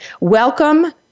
Welcome